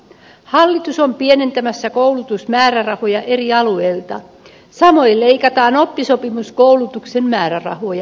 hallitus on pienentämässä koulutusmäärärahoja eri alueilta samoin leikataan oppisopimuskoulutuksen määrärahoja